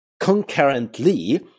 Concurrently